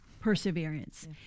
perseverance